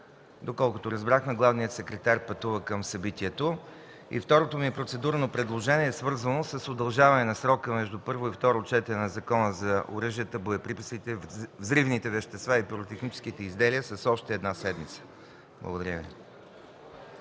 Доколкото разбрахме, главният секретар пътува към събитието. Второто ми процедурно предложение е свързано с удължаването на срока между първо и второ четене на Закона за оръжията, боеприпасите, взривните вещества и пиротехническите изделия с още една седмица. Благодаря Ви.